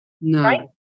no